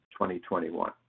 2021